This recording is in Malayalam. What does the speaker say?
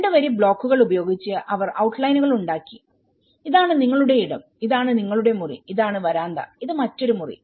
രണ്ട് വരി ബ്ലോക്കുകൾ ഉപയോഗിച്ച് അവർ ഔട്ട്ലൈനുകൾ ഉണ്ടാക്കി ഇതാണ് നിങ്ങളുടെ ഇടംഇതാണ് നിങ്ങളുടെ മുറി ഇതാണ് വരാന്ത ഇത് മറ്റൊരു മുറി